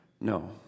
No